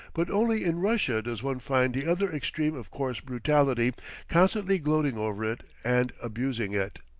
but only in russia does one find the other extreme of coarse brutality constantly gloating over it and abusing it.